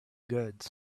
goods